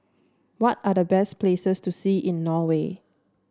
what are the best places to see in Norway